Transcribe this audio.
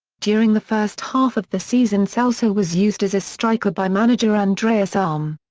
during the first half of the season celso was used as a striker by manager andreas alm.